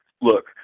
look